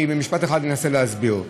במשפט אחד אנסה להסביר.